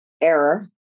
error